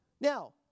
Now